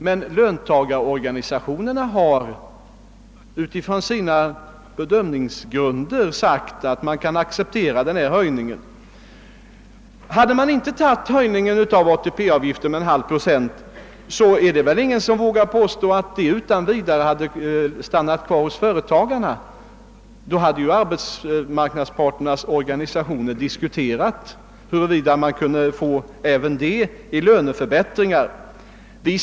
Men löntagarorganisationerna har sagt att det utifrån sina bedömningsgrunder kan acceptera avgiftshöjningen. Om ATP-avgifterna inte hade höjts med en halv procent, är det väl ingenting som säger, att dessa pengar hade stannat kvar i företaget. Då hade arbetsmarknadens organisationer diskuterat, huruvida dessa pengar kunde användas till löneförbättringar.